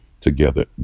together